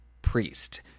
Priest